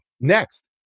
Next